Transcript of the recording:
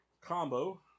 combo